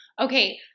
Okay